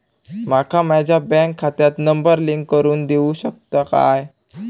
माका माझ्या बँक खात्याक नंबर लिंक करून देऊ शकता काय?